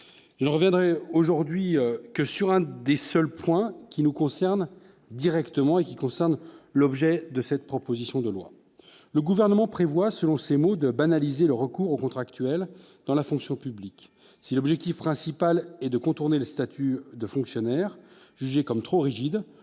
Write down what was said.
il reviendrait aujourd'hui que sur un des seuls. Point qui nous concerne directement et qui concerne l'objet de cette proposition de loi, le gouvernement prévoit, selon ses mots, de banaliser le recours aux contractuels dans la fonction publique, si l'objectif principal est de contourner le statut de fonctionnaire, j'ai comme trop rigide,